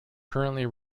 currently